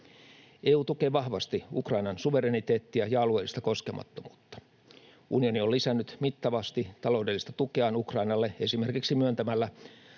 EU tukee vahvasti Ukrainan suvereniteettia ja alueellista koskemattomuutta. Unioni on lisännyt mittavasti taloudellista tukeaan Ukrainalle esimerkiksi myöntämällä